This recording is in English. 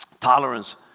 tolerance